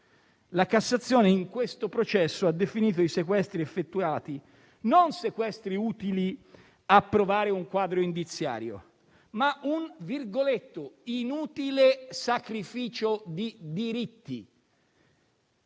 La Cassazione in questo processo ha definito i sequestri effettuati, non sequestri utili a provare un quadro indiziario, ma "un inutile sacrificio di diritti",